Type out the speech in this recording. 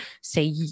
say